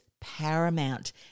paramount